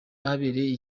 ahabereye